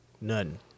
None